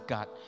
God